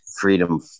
freedom